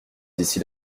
d’ici